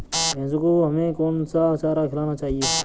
भैंसों को हमें कौन सा चारा खिलाना चाहिए?